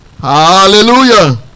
Hallelujah